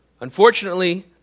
Unfortunately